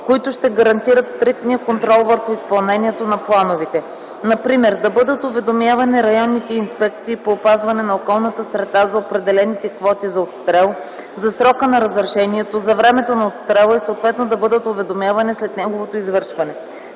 които ще гарантират стриктния контрол върху изпълнението на плановете. Например, да бъдат уведомявани районните инспекции по опазване на околната среда за определените квоти за отстрел, за срока на разрешението, за времето на отстрела и съответно да бъдат уведомявани след неговото извършване.